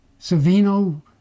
Savino